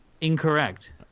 Incorrect